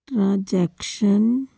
transaction